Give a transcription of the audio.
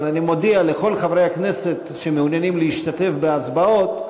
אבל אני מודיע לכל חברי הכנסת שמעוניינים להשתתף בהצבעות,